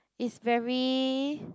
is very